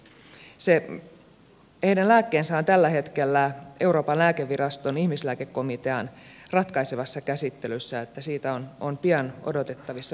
heidän lääkkeensä on tällä hetkellä euroopan lääkeviraston ihmislääkekomitean ratkaisevassa käsittelyssä joten siitä on pian odotettavissa positiivisia päätöksiä